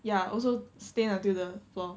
ya also stain until the floor